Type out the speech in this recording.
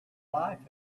life